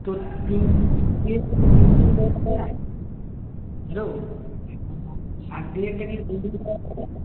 তো তিন হ্যালো সাত দিনেরটা কি তিন দিন করা যায় না